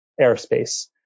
airspace